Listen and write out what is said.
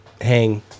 hang